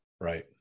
right